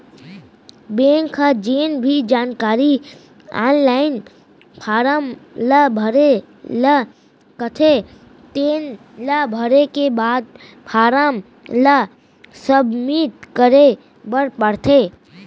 bank ह जेन भी जानकारी आनलाइन फारम ल भरे ल कथे तेन ल भरे के बाद फारम ल सबमिट करे बर परथे